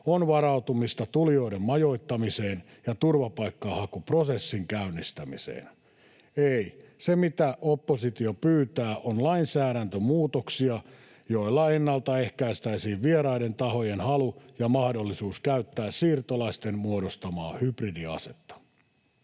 on varautumista tulijoiden majoittamiseen ja turvapaikkahakuprosessin käynnistämiseen. Ei. Se mitä oppositio pyytää, on lainsäädäntömuutoksia, joilla ennaltaehkäistäisiin vieraiden tahojen halu ja mahdollisuus käyttää siirtolaisten muodostamaa hybridiasetta.